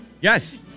Yes